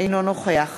אינו נוכח